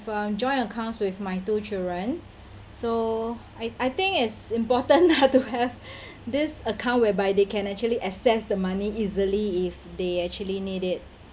uh joint accounts with my two children so I I think it's important lah to have this account whereby they can actually access the money easily if they actually need it